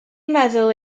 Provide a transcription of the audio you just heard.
meddwl